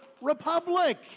republic